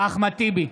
אחמד טיבי,